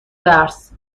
درس